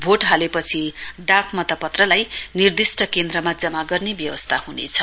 vote हालेपछि डाकमातपत्रलाई निर्दिष्ट केन्द्रमा जमा गर्ने व्यवस्था हुनेछ